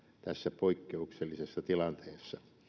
tässä poikkeuksellisessa tilanteessa